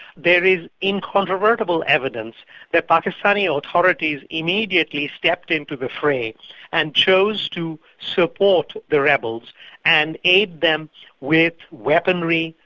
there is incontrovertible evidence that pakistani authorities immediately stepped into the fray and chose to support the rebels and aid them with weaponry,